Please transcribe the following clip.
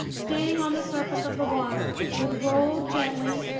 staying on the surface of the water, it rolled gently,